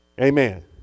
Amen